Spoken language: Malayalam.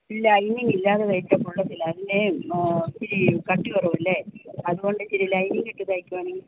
ലൈനിങ്ങ് ഇല്ലാതെ തയ്ച്ചാൽ കൊള്ളത്തില്ല അതിന് ഇച്ചിരി കട്ടി കുറവല്ലേ അത് കൊണ്ട് ഇച്ചിരി ലൈനിങ്ങ് ഇട്ട് തയ്ക്കുകയാണെങ്കിൽ